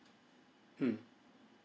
mm